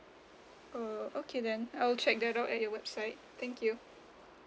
oh okay then I will check that out at your website thank you